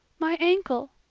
my ankle,